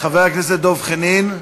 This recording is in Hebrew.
חבר הכנסת דב חנין.